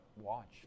watch